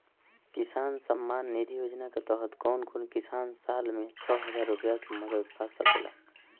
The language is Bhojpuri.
किसान सम्मान निधि योजना के तहत कउन कउन किसान साल में छह हजार रूपया के मदद पा सकेला?